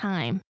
Time